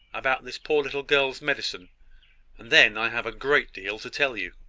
about this poor little girl's medicine and then i have a great deal to tell you.